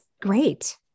great